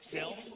Self